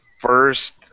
first